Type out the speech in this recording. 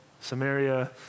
Samaria